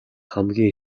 хамгийн